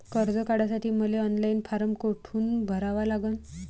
कर्ज काढासाठी मले ऑनलाईन फारम कोठून भरावा लागन?